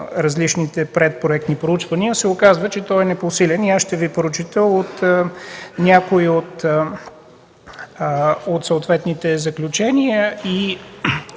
различните проектни проучвания се оказва, че той е непосилен и аз ще Ви прочета някои от съответните заключения и